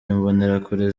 imbonerakure